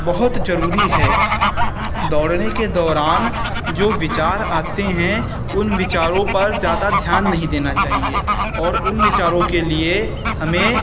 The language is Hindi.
बहुत जरूरी है दौड़ने के दौरान जो विचार आते हैं उन विचारों पर ज़्यादा ध्यान नहीं देना चाहिए और उन विचारों के लिए हमें